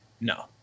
No